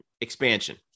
expansion